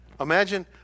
Imagine